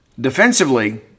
Defensively